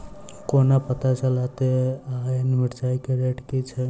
कोना पत्ता चलतै आय मिर्चाय केँ रेट की छै?